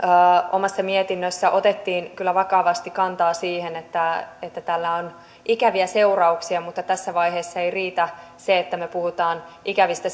omassa mietinnössä otettiin kyllä vakavasti kantaa siihen että tällä on ikäviä seurauksia mutta tässä vaiheessa ei riitä se että me puhumme ikävistä